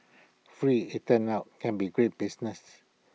free IT turns out can be great business